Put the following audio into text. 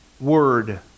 Word